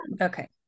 Okay